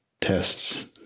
tests